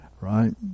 Right